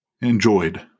enjoyed